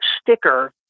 sticker